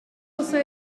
also